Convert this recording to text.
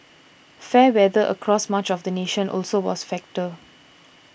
fair weather across much of the nation also was factor